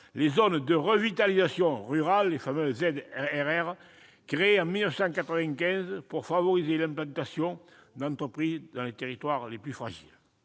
les zones de revitalisation rurale, les ZRR, créées en 1995 pour favoriser l'implantation d'entreprises dans les territoires les plus fragiles.